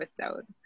episode